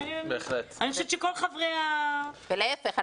אני חושבת שכל חברי ה --- ולהיפך,